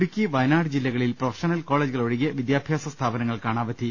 ഇടുക്കി വയനാട് ജില്ലകളിൽ പ്രൊഫഷണൽ കോളേ ജുകൾ ഒഴികെ വിദ്യാഭ്യാസ സ്ഥാപനങ്ങൾക്കാണ് അവധി